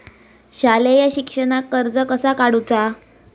शालेय शिक्षणाक कर्ज कसा काढूचा?